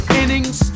innings